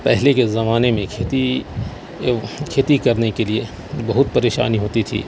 پہلے کے زمانے میں کھیتی کھیتی کرنے کے لیے ہہت پریشانی ہوتی تھی